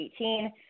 2018